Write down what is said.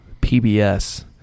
PBS